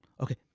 Okay